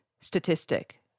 statistic